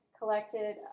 collected